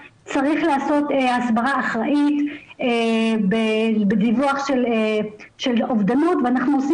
צריך לעשות הסברה אחראית בדיווח של אובדנות ואנחנו עושים